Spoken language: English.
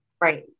Right